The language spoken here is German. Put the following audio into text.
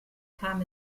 kam